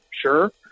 Sure